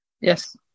Yes